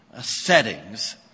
settings